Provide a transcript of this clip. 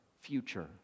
future